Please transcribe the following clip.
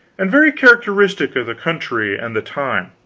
and very characteristic of the country and the time,